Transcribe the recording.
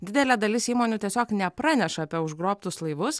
didelė dalis įmonių tiesiog nepraneša apie užgrobtus laivus